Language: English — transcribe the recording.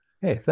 Hey